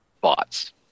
bots